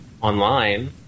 online